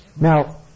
Now